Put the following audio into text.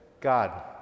God